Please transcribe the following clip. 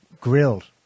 grilled